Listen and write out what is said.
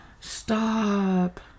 Stop